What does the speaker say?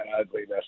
ugliness